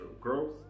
growth